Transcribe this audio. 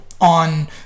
on